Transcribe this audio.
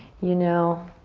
you know